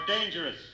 dangerous